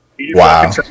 Wow